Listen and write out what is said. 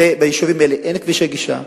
ביישובים האלה אין כבישי גישה,